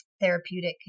therapeutic